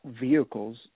vehicles